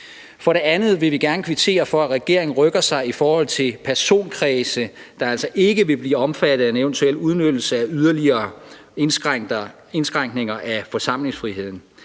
For det andet vil vi gerne kvittere for, at regeringen rykker sig i forhold til personkredse, der altså ikke vil blive omfattet af en eventuel udnyttelse af yderligere indskrænkninger af forsamlingsfriheden.